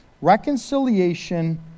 reconciliation